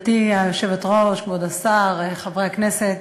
גברתי היושבת-ראש, כבוד השר, חברי הכנסת,